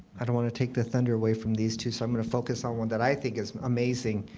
i don't want to take the thunder away from these two, so i'm going to focus on one that i think is amazing,